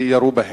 וירו בהם.